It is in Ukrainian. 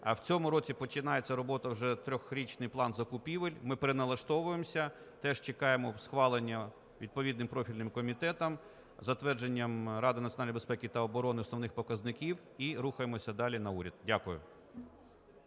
А в цьому році починається робота – вже Трирічний план закупівель. Ми переналаштовуємося, теж чекаємо схвалення відповідним профільним комітетом, затвердження Радою національної безпеки та оборони основних показників і рухаємося далі на уряд. Дякую.